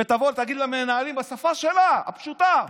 ותבוא ותגיד למנהלים בשפה שלה, הפשוטה: